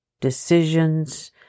decisions